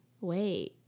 wait